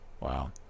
Wow